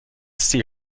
see